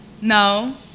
No